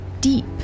deep